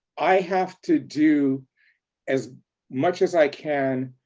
i have to do as much as i can,